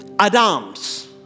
Adam's